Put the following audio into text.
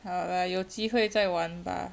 好 lah 有机会再玩吧